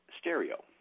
stereo